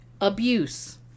Abuse